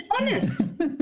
honest